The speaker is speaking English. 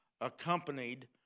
accompanied